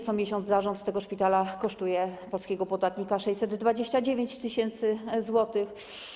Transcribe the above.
Co miesiąc zarząd tego szpitala kosztuje polskich podatników 629 tys. zł.